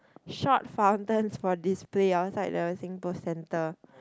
short fountain for this place outside the SingPost centre